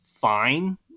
fine